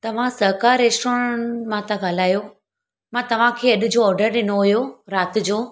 तव्हां सहकार रेश्टोरंट मां था ॻाल्हायो मां तव्हांखे अॼु जो ऑडर ॾिनो हुओ राति जो